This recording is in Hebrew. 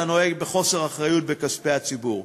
אתה נוהג בחוסר אחריות בכספי הציבור.